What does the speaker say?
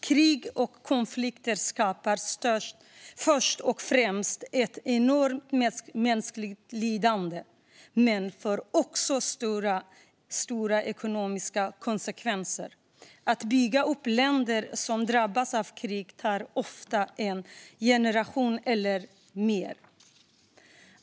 Krig och konflikter skapar först och främst ett enormt mänskligt lidande men får också stora ekonomiska konsekvenser. Att bygga upp länder som drabbats av krig tar ofta en generation eller mer.